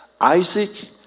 Isaac